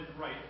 right